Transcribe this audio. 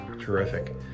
terrific